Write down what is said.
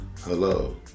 Hello